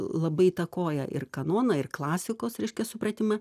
labai įtakoja ir kanoną ir klasikos reiškia supratimą